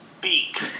Beak